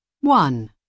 One